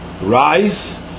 Rise